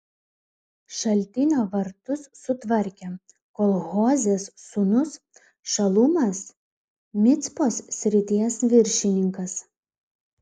šaltinio vartus sutvarkė kol hozės sūnus šalumas micpos srities viršininkas